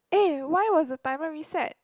eh why was the timer reset